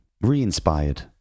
re-inspired